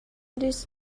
this